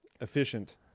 efficient